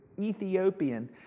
Ethiopian